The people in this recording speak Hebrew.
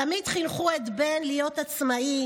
תמיד חינכנו את בן להיות עצמאי